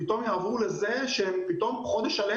יעברו לזה שחודש שלם